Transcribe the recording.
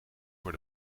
voor